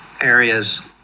areas